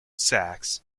sacks